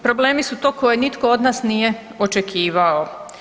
Problemi su to koje nitko od nas nije očekivao.